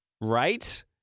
Right